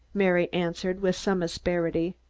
mary answered with some asperity.